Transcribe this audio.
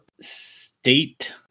state